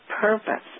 purpose